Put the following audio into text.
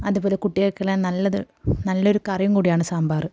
അതുപോലെ കുട്ടികൾക്ക് നല്ലത് നല്ലൊരു കറിയും കൂടിയാണ് സാമ്പാർ